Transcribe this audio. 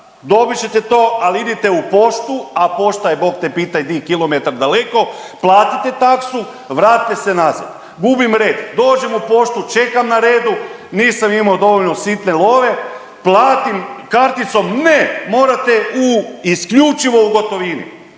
dobit ćete to al idite u poštu, a pošta je bogte pita di kilometar daleko platite taksu, vratite se nazad. Gubim red. Dođem u poštu čekam na redu nisam imao dovoljno sitne love, platim karticom, ne, morate isključivo u gotovini.